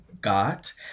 got